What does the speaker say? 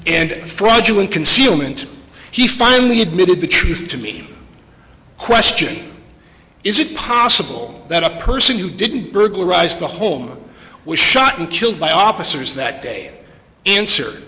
and fraudulent concealment he finally admitted the truth to me in question is it possible that a person who didn't burglarized the home was shot and killed by officers that day answer